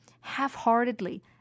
half-heartedly